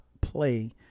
play